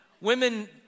women